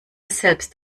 selbst